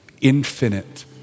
infinite